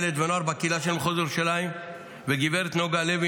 ילד ונוער בקהילה של מחוז ירושלים וגב' נוגה הלוי,